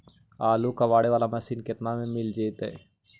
आलू कबाड़े बाला मशीन केतना में मिल जइतै?